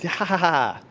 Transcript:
hahaha,